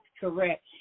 correct